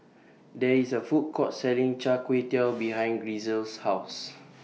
There IS A Food Court Selling Char Kway Teow behind Grisel's House